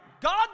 God